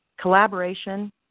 Collaboration